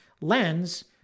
lens